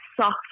soft